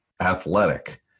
athletic